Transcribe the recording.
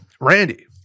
Randy